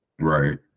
Right